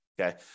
Okay